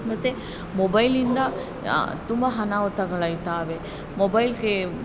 ಮತ್ತೆ ಮೊಬೈಲಿಂದ ತುಂಬ ಅನಾಹುತಗಳು ಆಯ್ತವೆ ಮೊಬೈಲ್ಗೆ